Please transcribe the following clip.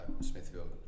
Smithfield